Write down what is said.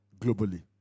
Globally